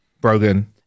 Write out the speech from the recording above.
Brogan